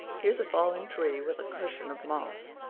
here's a fallen tree with a cushion of moss.